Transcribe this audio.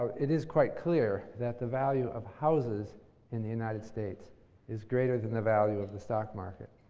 it is quite clear that the value of houses in the united states is greater than the value of the stock market.